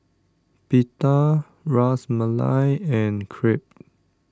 Pita Ras Malai and Crepe